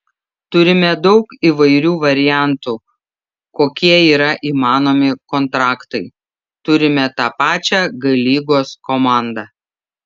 turime daug įvairių variantų kokie yra įmanomi kontraktai turime tą pačią g lygos komandą